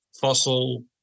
fossil